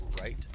right